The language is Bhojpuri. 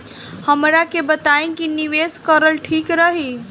हमरा के बताई की निवेश करल ठीक रही?